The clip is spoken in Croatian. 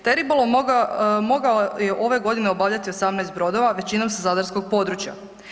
Taj ribolov mogao je ove godine obavljati 18 brodova većinom sa zadarskog područja.